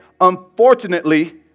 unfortunately